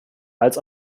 als